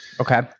okay